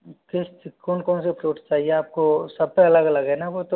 कौन कौन से फ्रूट चाहिए आपको सब पे अलग अलग है ना बो तो